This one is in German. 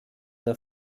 der